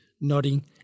nodding